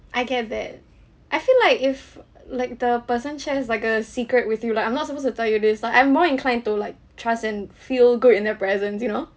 I get that I feel like if like the person shares like a secret with you like I'm not supposed to tell you this like I'm more inclined to like trust and feel good in their presence you know